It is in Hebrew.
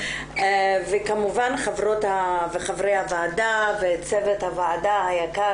וכמובן חברות וחברי הוועדה וצוות הוועדה היקר